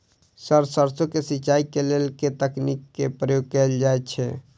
Sir सैरसो केँ सिचाई केँ लेल केँ तकनीक केँ प्रयोग कैल जाएँ छैय?